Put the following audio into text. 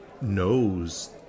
knows